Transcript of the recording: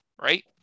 right